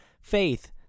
faith